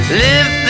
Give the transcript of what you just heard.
live